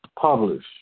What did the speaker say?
Publish